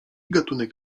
gatunek